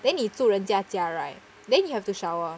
then 你住人家家 right then you have to shower